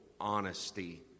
honesty